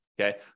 okay